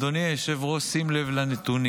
אדוני היושב-ראש, שים לב לנתונים: